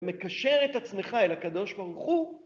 מקשר את עצמך אל הקדוש ברוך הוא.